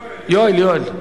יואל, יואל.